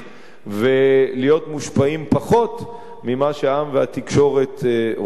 ולהיות מושפעים פחות ממה שהעם והתקשורת רוצים.